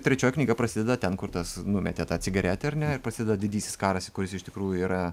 trečioji knyga prasideda ten kur tas numetė tą cigaretę ar ne ir prasideda didysis karas kuris iš tikrųjų yra